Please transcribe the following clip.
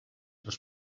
les